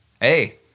Hey